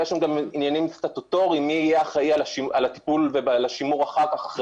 יש גם עניינים סטטוטוריים כמו מי יהיה אחראי על השימור לאחר מכן,